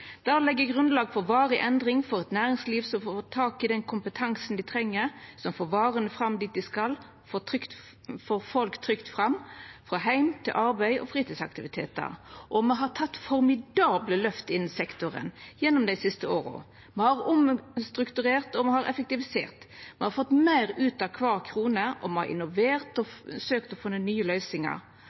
legg grunnlag for varig endring for eit næringsliv som får tak i den kompetansen dei treng, som får varene fram dit dei skal, og som får folk trygt fram, frå heim til arbeid og fritidsaktivitetar. Me har teke formidable løft innan sektoren gjennom dei siste åra. Me har omstrukturert, og me har effektivisert. Me har fått meir ut av kvar krone, og me har innovert og søkt å finna nye løysingar.